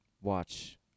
watch